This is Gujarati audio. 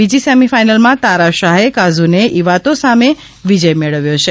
બીજી સેમીફાઇનલમાં તારા શાહે કાઝુને ઇવાતો સામે વિજય મેળવ્યો હતો